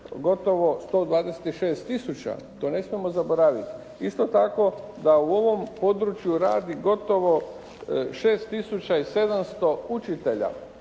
gotovo 126000. To ne smijemo zaboraviti. Isto tako da u ovom području radi gotovo 6700 učitelja,